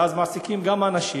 ואז מעסיקים עוד אנשים.